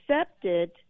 accepted